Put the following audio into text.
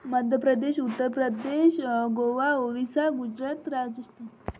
Madhya Pradesh Uttar Pradesh Goa Odisha Gujarat Rajasthan